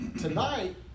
tonight